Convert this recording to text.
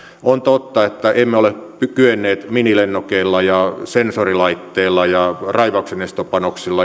on totta että emme ole kyenneet minilennokeilla ja sensorilaitteilla ja raivauksenestopanoksilla